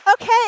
Okay